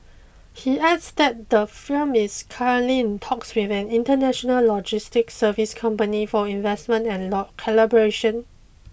he adds that the firm is currently in talks with an international logistics service company for investment and law collaboration